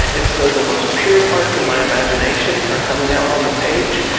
and so the most pure parts of my imagination are coming out on the page.